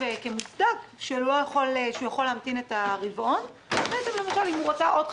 שהוא רוצה חוות דעת של רופא אחר